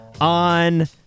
on